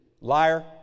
Liar